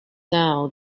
down